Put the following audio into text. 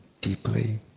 deeply